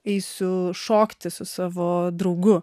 eisiu šokti su savo draugu